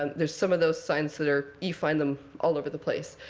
um there's some of those signs that are you find them all over the place.